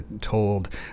told